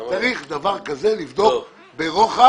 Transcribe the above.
צריך דבר כזה לבדוק ברוחב